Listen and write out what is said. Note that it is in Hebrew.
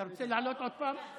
אתה רוצה לעלות עוד פעם?